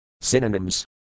Synonyms